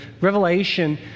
revelation